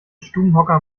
stubenhocker